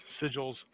sigils